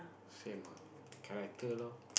same ah character loh